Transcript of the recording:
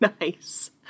Nice